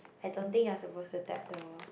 I don't think you are supposed to tap the wall